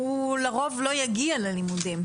הוא לרוב לא יגיע ללימודים.